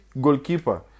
goalkeeper